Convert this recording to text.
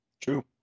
True